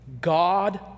God